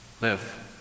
live